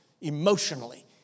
emotionally